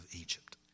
Egypt